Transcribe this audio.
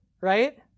right